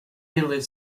lives